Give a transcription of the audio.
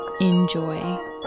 Enjoy